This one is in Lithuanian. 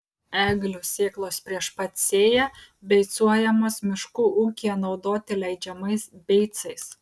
eglių sėklos prieš pat sėją beicuojamos miškų ūkyje naudoti leidžiamais beicais